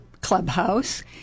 clubhouse